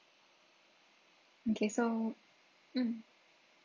okay so mm